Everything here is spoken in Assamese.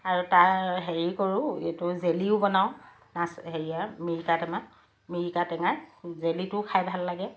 আৰু তাৰ হেৰি কৰোঁ এইটো জেলিও বনাওঁ নাচ হেৰিয়াৰ মিৰিকা টেমাৰ মিৰিকা টেঙাৰ জেলিটোও খাই ভাল লাগে